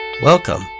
Welcome